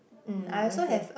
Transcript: mm okay